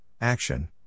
action